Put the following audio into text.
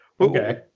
Okay